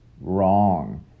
Wrong